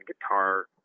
guitar